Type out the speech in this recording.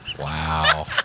Wow